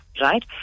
right